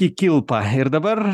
į kilpą ir dabar